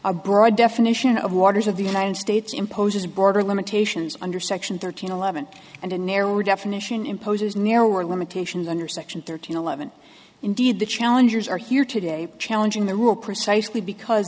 a broad definition of waters of the united states imposes border limitations under section thirteen eleven and a narrower definition imposes narrower limitations under section thirteen eleven indeed the challengers are here today challenging the rule precisely because